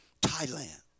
Thailand